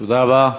תודה רבה.